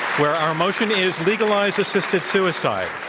where our motion is legalize so so so